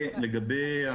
האלה?